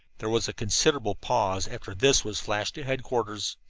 there was a considerable pause after this was flashed to headquarters.